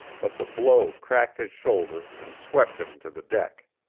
but the blow cracked his shoulder and swept him to the deck.